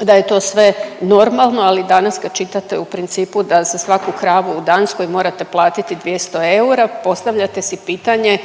da je to sve normalno, ali danas kad čitate u principu da za svaku kravu u Danskoj morate platiti 200 eura, postavljate si pitanje,